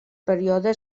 període